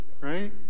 right